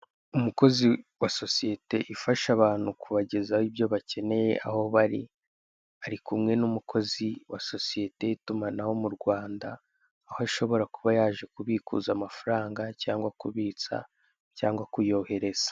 Umukozi wa sosiyete ifasha abantu kubagezaho ibyo bakeneye aho bari, ari kumwe n'umukozi wa sosiyete y'itumanaho mu Rwanda aho ashobora kuba yaje kubikuza amafaranga, cyangwa kubutsa cyangwa kuyohereza.